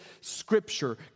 scripture